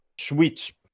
switch